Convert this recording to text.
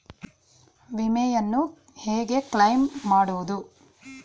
ವಿಮೆಯನ್ನು ಹೇಗೆ ಕ್ಲೈಮ್ ಮಾಡುವುದು?